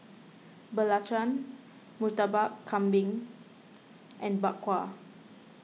Belacan Murtabak Kambing and Bak Kwa